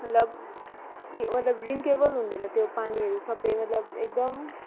मतलब यी मतलब ड्रिङ्केबल हुँदैन त्यो पानीहरू सबै मतलब एकदम